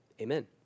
Amen